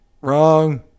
Wrong